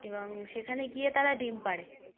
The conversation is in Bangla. এবং সেখানে গিয়ে তারা ডিম পাড়ে